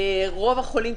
רוב החולים,